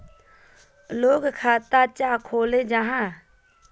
लोग खाता चाँ खोलो जाहा?